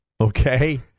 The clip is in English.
Okay